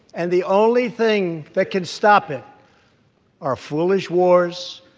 and the only thing that can stop it are foolish wars,